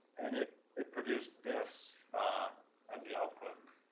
and it it produced this as the output.